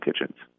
kitchens